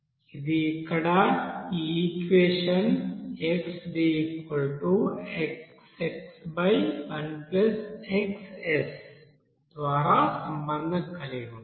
ఇది ఇక్కడ ఈ ఈక్వెషన్ xDxs1xs ద్వారా సంబంధం కలిగి ఉంది